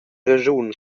raschun